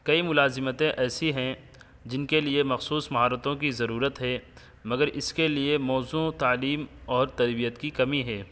کئی ملازمتیں ایسی ہیں جن کے لیے مخصوص مہارتوں کی ضرورت ہے مگر اس کے لیے موزوں تعلیم اور تربیت کی کمی ہے